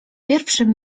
pierwszym